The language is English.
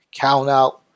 countout